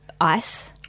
ice